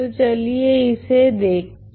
तो चलिये इसे देखते है